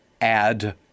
add